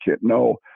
No